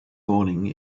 morning